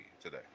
today